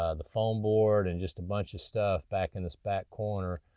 ah the foam board, and just a bunch of stuff back in this back corner.